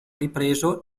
ripreso